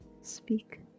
speak